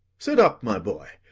sit up, my boy,